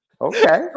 Okay